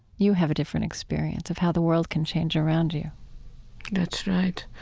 you have a different experience of how the world can change around you that's right.